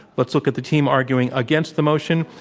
let's look at the team arguing against the motion.